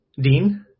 Dean